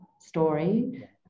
story